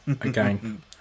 again